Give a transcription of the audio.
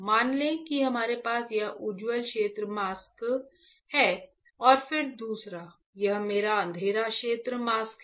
मान लें कि हमारे पास यह मेरा उज्ज्वल क्षेत्र मास्क है और फिर दूसरा यह मेरा अंधेरा क्षेत्र मास्क है